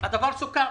הדבר סוכם